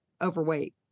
overweight